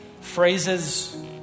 phrases